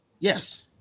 Yes